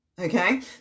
Okay